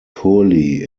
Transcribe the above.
poorly